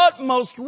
utmost